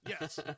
yes